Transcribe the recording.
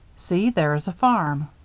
see, there is a farm.